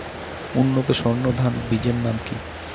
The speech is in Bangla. উন্নত সর্ন ধান বীজের নাম কি?